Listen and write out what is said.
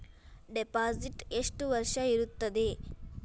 Deposit ಎಷ್ಟು ವರ್ಷ ಇರುತ್ತದೆ?